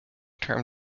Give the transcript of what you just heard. term